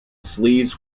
sleeves